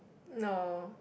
no